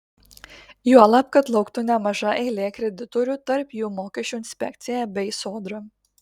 juolab kad lauktų nemaža eilė kreditorių tarp jų mokesčių inspekcija bei sodra